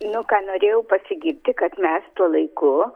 nu ką norėjau pasigirti kad mes tuo laiku